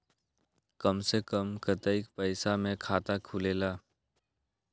कम से कम कतेइक पैसा में खाता खुलेला?